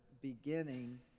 beginning